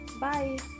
Bye